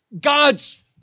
God's